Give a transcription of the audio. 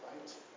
right